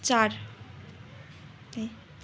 चार